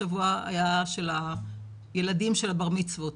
השבוע היה שבוע הילדים של הברי מצוות.